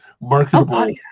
marketable